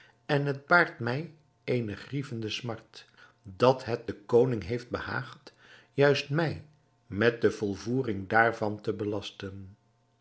en het baart mij eene grievende smart dat het den koning heeft behaagd juist mij met de volvoering daarvan te belasten